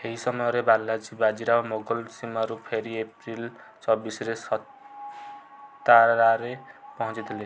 ଏହି ସମୟରେ ବାଲାଜୀ ବାଜିରାଓ ମୋଗଲ ସୀମାରୁ ଫେରି ଏପ୍ରିଲ୍ ଚବିଶରେ ସତାରାରେ ପହଞ୍ଚି ଥିଲେ